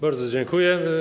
Bardzo dziękuję.